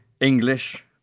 English